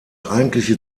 eigentliche